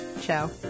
Ciao